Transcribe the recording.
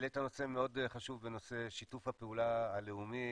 העלית נושא מאוד חשוב בנושא שיתוף הפעולה הלאומי,